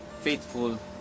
faithful